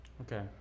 Okay